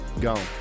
Go